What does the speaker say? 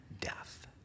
death